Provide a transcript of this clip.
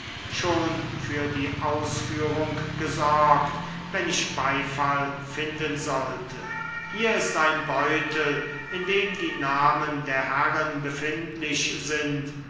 schon für die ausführung gesorgt wenn ich beifall finden sollte hier ist ein beutel in dem die namen der herren befindlich sind